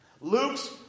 Luke's